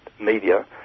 media